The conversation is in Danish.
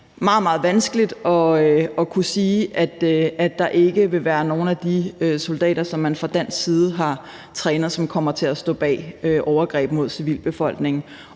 meget vanskeligt at kunne sige, at der ikke vil være nogen af de soldater, som man fra dansk side har trænet, som kommer til at stå bag overgreb mod civilbefolkningen.